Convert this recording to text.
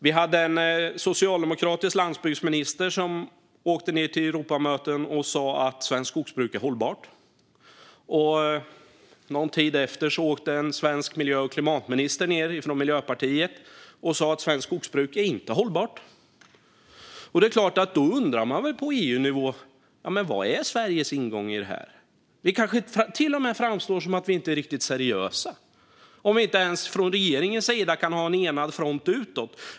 Vi hade en socialdemokratisk landsbygdsminister som åkte ned till Europamöten och sa att svenskt skogsbruk är hållbart. Någon tid efter det åkte en svensk miljö och klimatminister från Miljöpartiet ned och sa att svenskt skogsbruk inte är hållbart. Då är det klart att man på EU-nivå undrar vad Sveriges ingång i detta är. Det kanske till och med framstår som att vi inte är riktigt seriösa om man inte ens från regeringens sida kan ha en enad front utåt.